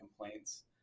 complaints